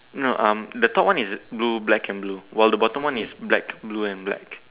no um the top one is blue black and blue while the bottom one is black blue and black